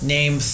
Name